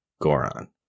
Goron